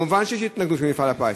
מובן שיש התנגדות של מפעל הפיס.